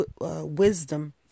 wisdom